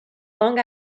long